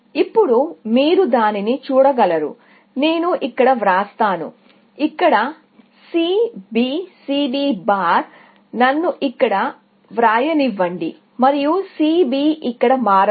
ఇప్పుడు మీరు దానిని చూడగలరు నేను ఇక్కడ వ్రాస్తాను ఇక్కడ C B C B̅ నన్ను ఇక్కడ వ్రాయనివ్వండి మరియు C B ఇక్కడ మారదు